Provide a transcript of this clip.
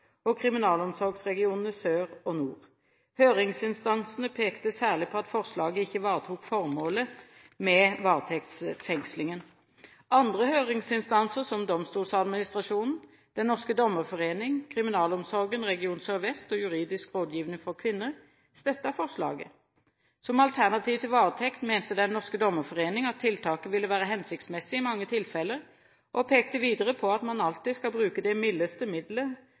og Kriminalomsorgsregionene sør og nord. Høringsinstansene pekte særlig på at forslaget ikke ivaretok formålet med varetektsfengslingen. Andre høringsinstanser som Domstoladministrasjonen, Den norske dommerforening, Kriminalomsorgen region sørvest og Juridisk rådgivning for kvinner støttet forslaget. Som alternativ til varetekt mente Den norske dommerforening at tiltaket ville være hensiktsmessig i mange tilfeller, og pekte videre på at man alltid skal bruke det mildeste